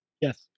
Yes